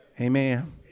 Amen